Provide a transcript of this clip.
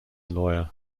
lawyer